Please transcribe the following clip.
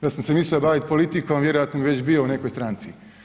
Da sam se mislio baviti politikom vjerojatno bi već bio u nekoj stranci.